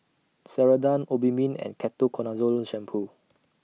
Ceradan Obimin and Ketoconazole Shampoo